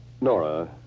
Nora